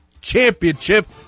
championship